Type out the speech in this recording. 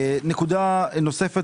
נקודה אחרונה,